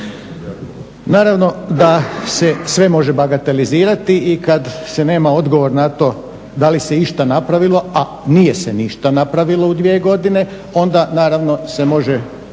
Naravno da se sve može bagatelizirati i kad se nema odgovor na to da li se išta napravilo, a nije se ništa napravilo u 2 godine, onda naravno se može